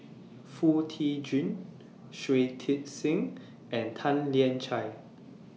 Foo Tee Jun Shui Tit Sing and Tan Lian Chye